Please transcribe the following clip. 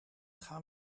gaan